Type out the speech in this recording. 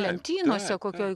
lentynose kokioj